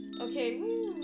Okay